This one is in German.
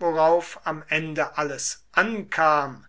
worauf am ende alles ankam